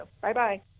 Bye-bye